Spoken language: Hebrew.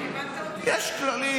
יש כללים,